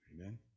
amen